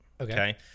Okay